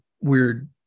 weird